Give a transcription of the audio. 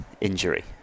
injury